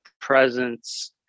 presence